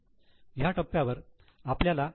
ह्या टप्प्यावर आपल्याला इ